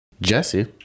Jesse